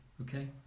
okay